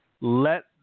Let